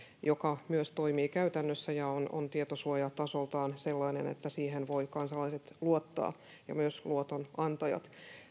joka myös toimii käytännössä ja on on tietosuojatasoltaan sellainen että siihen voivat kansalaiset ja myös luotonantajat luottaa